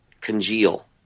congeal